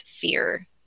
fear